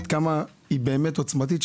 עד כמה היא באמת עוצמתית,